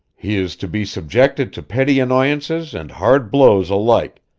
he is to be subjected to petty annoyances and hard blows alike,